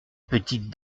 petite